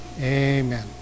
Amen